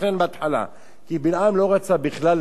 כי בלעם לא רצה בכלל, לא התכוון באמת לברך.